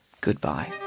goodbye